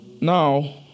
Now